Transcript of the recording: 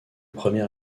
premier